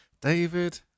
David